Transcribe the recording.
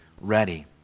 ready